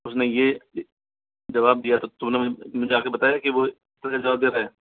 उसने ये जवाब दिया था तूने मुझे आके बताया कि वो मुझे जवाब दे रहा है